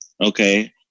Okay